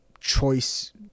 choice